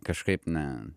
kažkaip ne